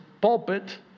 pulpit